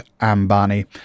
Ambani